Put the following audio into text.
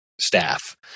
staff